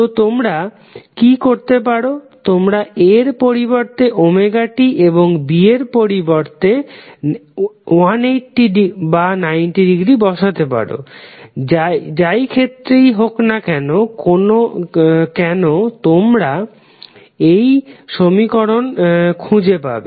তো তোমরা কি করতে পারো তোমরা A এর পরিবর্তে ωt এবং B এর পরিবর্তে 180 অথবা 90 ডিগ্রী বসাতে পারো যাই ক্ষেত্র হোক না কেনো তোমরা এই সমীকরণ খুজে পাবে